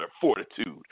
fortitude